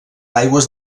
aigües